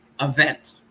event